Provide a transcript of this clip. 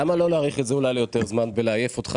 למה לא להאריך את זה אולי ליותר זמן ולעייף אותך